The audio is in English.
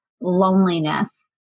loneliness